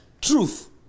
truth